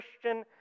Christian